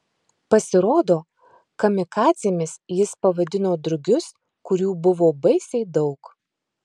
pasirodo kamikadzėmis jis pavadino drugius kurių buvo baisiai daug